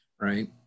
right